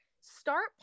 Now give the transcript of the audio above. start